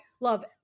love